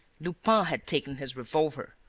lupin had taken his revolver.